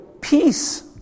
peace